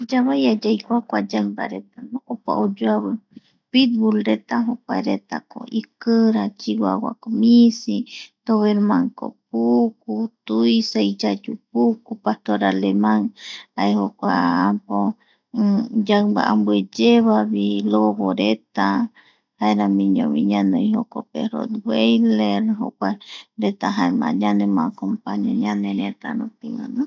Yavai yaikua kua mimbaretano opa oyoavi ptbulreta jokuaretako ikira, chihuahuako misi, dobermanko puku, tuisa, iyau puku, pastor aleman jae jokua yaimbambueyevavi, loboreta jaeramiñovi ñanoi jokope rog beiler jaema jokuaretako ñanemoacompaña ñanerëtärupi vaeno.